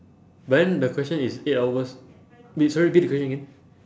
but then the question is eight hours wait sorry repeat the question again